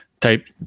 type